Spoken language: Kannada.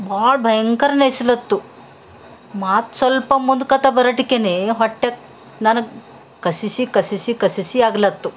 ಭಾಳ ಭಯಂಕರನೆ ಯಸಿಲತ್ತು ಮತ್ತು ಸ್ವಲ್ಪ ಮುಂದಕತ್ತ ಬರಟ್ಟಿಕೆ ಹೊಟ್ಟೆಕ್ಕ ನನಗ ಕಸಿವಿಸಿ ಕಸಿವಿಸಿ ಕಸಿವಿಸಿ ಆಗ್ಲತ್ತು